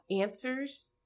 answers